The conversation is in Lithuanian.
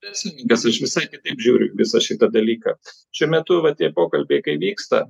verslininkas aš visai kitaip žiūriu į visą šitą dalyką šiuo metu va tie pokalbiai kai vyksta